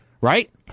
right